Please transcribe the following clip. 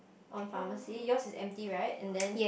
on pharmacy yours is empty right and then